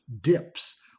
dips